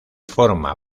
forma